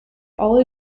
all